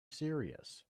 serious